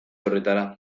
horretara